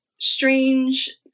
strange